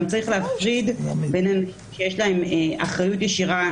גם צריך להפריד בין אלה שיש להם אחריות ישירה,